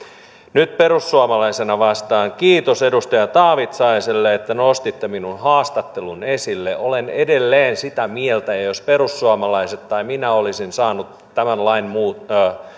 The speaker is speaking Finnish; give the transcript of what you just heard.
nyt perussuomalaisena vastaan kiitos edustaja taavitsaiselle että nostitte minun haastatteluni esille olen edelleen sitä mieltä ja jos perussuomalaiset tai minä olisin saanut tämän lain